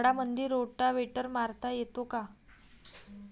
झाडामंदी रोटावेटर मारता येतो काय?